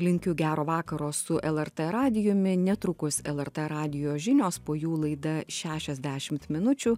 linkiu gero vakaro su lrt radiju netrukus lrt radijo žinios po jų laida šešiasdešimt minučių